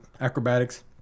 acrobatics